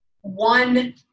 one